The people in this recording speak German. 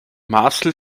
marcel